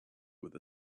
with